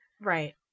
Right